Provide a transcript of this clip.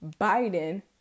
Biden